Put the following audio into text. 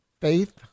faith